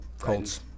Colts